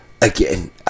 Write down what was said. again